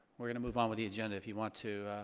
we're gonna move on with the agenda. if you want to,